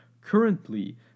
currently